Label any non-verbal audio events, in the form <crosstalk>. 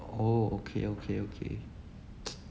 oh okay okay okay <noise>